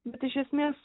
bet iš esmės